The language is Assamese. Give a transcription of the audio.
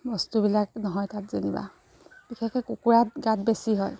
বস্তুবিলাক নহয় তাত যেনিবা বিশেষকৈ কুকুৰাৰ গাত বেছি হয়